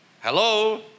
Hello